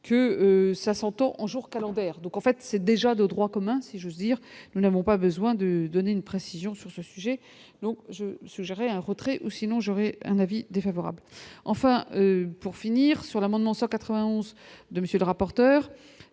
que ça s'entend en jours calendaires, donc en fait, c'est déjà de droit commun. Je veux dire, nous n'avons pas besoin de donner une précision sur ce sujet, donc je lui suggérais un retrait ou sinon j'aurais un avis défavorable, enfin pour finir sur l'amendement 191 de monsieur le rapporteur,